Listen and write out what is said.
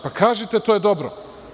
Pa, kažite – to je dobro.